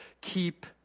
keep